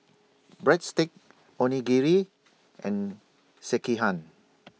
Breadsticks Onigiri and Sekihan